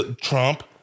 Trump